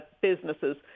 businesses